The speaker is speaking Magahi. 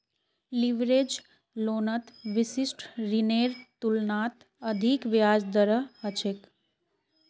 लीवरेज लोनत विशिष्ट ऋनेर तुलनात अधिक ब्याज दर ह छेक